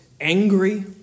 angry